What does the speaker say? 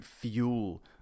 fuel